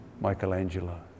Michelangelo